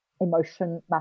Emotion